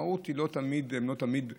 שהמשמעויות שלהן לא תמיד דרמטיות,